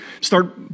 Start